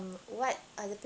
what other people